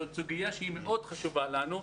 זו סוגיה שהיא מאוד חשובה לנו.